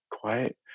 quiet